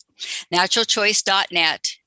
naturalchoice.net